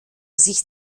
sicht